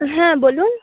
হ্যাঁ বলুন